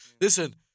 Listen